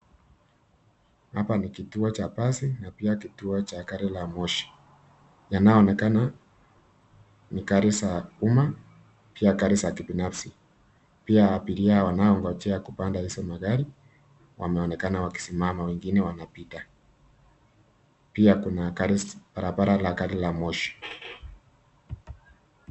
Hapa ni kituo cha basi na pia kituo cha gari la moshi. Yanayoonekana ni gari za umma, pia gari za kibinafsi. Pia abiria wanaongojea kupanda hizo magari wameonekana wakisimama, wengine wanapita. Pia kuna barabara la gari la moshi.